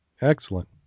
excellent